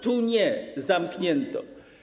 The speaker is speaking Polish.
Tu nie, zamknięto.